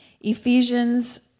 Ephesians